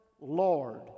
Lord